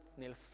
nel